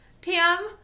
Pam